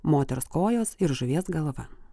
moters kojos ir žuvies galvą